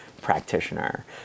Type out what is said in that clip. practitioner